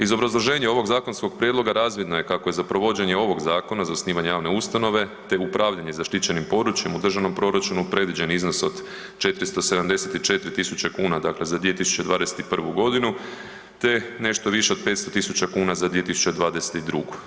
Iz obrazloženja ovog zakonskog prijedloga, razvidno je kako je za provođenje ovog zakona, za osnivanje javne ustanove te upravljanje zaštićenim područjem u državnom proračunu predviđeni iznos od 474 tisuće kuna, dakle za 2021. g. te nešto više od 500 tisuća kuna za 2022.